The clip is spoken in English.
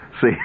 See